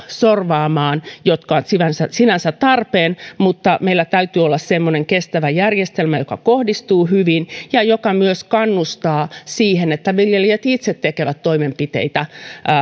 sorvaamaan tukipaketteja jotka sinänsä ovat tarpeen vaan meillä täytyy olla sellainen kestävä järjestelmä joka kohdistuu hyvin ja joka myös kannustaa siihen että viljelijät itse tekevät toimenpiteitä